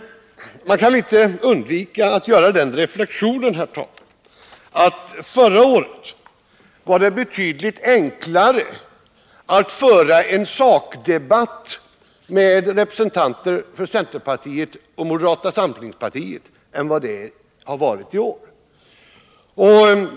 Man kan inte låta bli att göra den reflexionen, herr talman, att det förra året var betydligt enklare att föra en sakdebatt med representanter för centerpartiet och moderata samlingspartiet än vad det har varit i år.